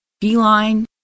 Feline